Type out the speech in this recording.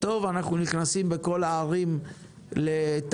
טוב, אנחנו נכנסים בכל הערים לתמ"א